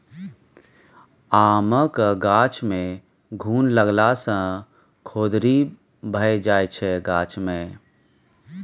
आमक गाछ मे घुन लागला सँ खोदरि भए जाइ छै गाछ मे